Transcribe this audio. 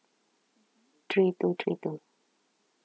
three two three two